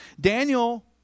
Daniel